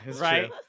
right